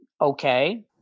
okay